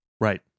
Right